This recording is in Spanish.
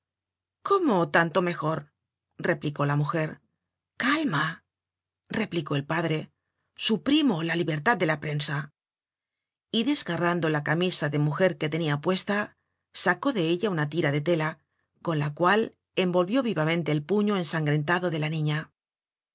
cómo tanto mejor replicó la mujer calma replicó el padre suprimo la libertad de la prensa y desgarrando la camisa de mujer que tenia puesta sacó de ella una tira de lela con la cual envolvió vivamente el puño ensangrentado de la niña